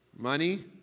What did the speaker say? money